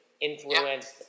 influenced